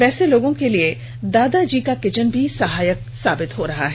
वैसे लोगों के लिए दादी जी का किचन भी सहायक साबित हो रहा है